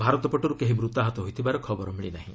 ଭାରତ ପଟରୁ କେହି ମୃତାହତ ହୋଇଥିବାର ଖବର ମିଳି ନାହିଁ